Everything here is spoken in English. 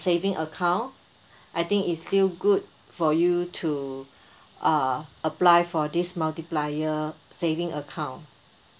saving account I think it's still good for you to uh apply for this multiplier saving account